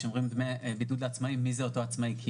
כשאומרים דמי בידוד לעצמאים מי זה אותו עצמאי.